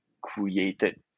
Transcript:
created